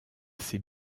ses